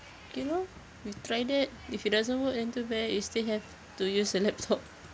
okay lor we try that if it doesn't work then too bad we still have to use the laptop